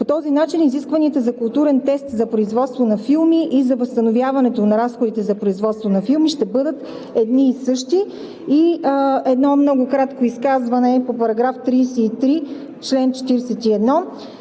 По този начин изискванията за културен тест за производство на филми и за възстановяването на разходите за производство на филми ще бъдат едни и същи. И едно много кратко изказване по § 33, чл. 41.